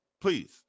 please